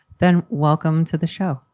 then welcome to the show.